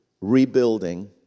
rebuilding